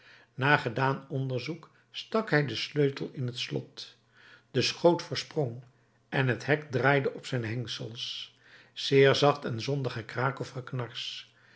gedaan onderzoek stak hij den sleutel in het slot de schoot versprong en het hek draaide op zijn hengsels zeer zacht en zonder gekraak of